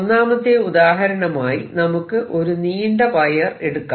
ഒന്നാമത്തെ ഉദാഹരണമായി നമുക്ക് ഒരു നീണ്ട വയർ എടുക്കാം